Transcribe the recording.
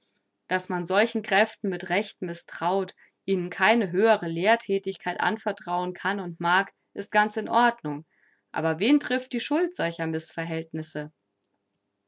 daß man solchen kräften mit recht mißtraut ihnen keine höhere lehrthätigkeit anvertrauen kann und mag ist ganz in der ordnung aber wen trifft die schuld solcher mißverhältnisse